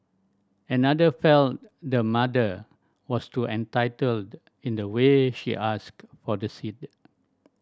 another felt the mother was too entitled in the way she asked for the seed